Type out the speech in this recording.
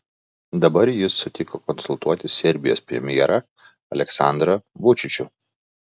dabar jis sutiko konsultuoti serbijos premjerą aleksandrą vučičių